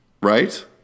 right